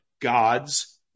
God's